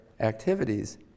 activities